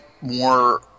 more